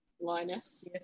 Linus